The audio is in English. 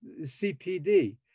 CPD